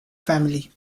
family